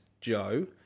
Joe